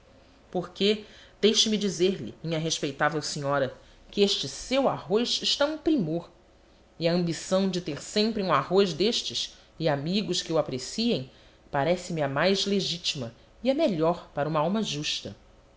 neves porque deixe-me dizer-lhe minha respeitável senhora que este seu arroz está um primor e a ambição de ter sempre um arroz destes e amigos que o apreciem parece-me a mais legítima e a melhor para uma alma justa